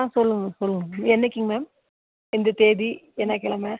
ஆ சொல்லுங்கள் சொல்லுங்கள் என்றைக்கிங்க மேம் இந்த தேதி என்ன கிழம